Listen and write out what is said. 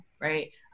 right